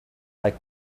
like